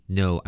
no